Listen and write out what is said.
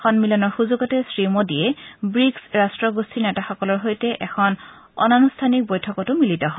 সন্মিলনৰ সুযোগতে শ্ৰী মোদীয়ে ৱীক্ছ ৰাষ্টগোষ্ঠীৰ নেতাসকলৰ সৈতে এখন অনানুষ্ঠানিক বৈঠকতো মিলিত হয়